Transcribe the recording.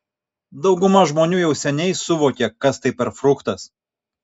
dauguma žmonių jau seniai suvokė kas tai per fruktas